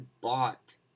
bought